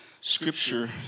Scripture